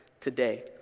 today